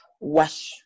wash